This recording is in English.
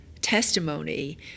testimony